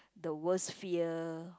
the worst fear